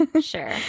Sure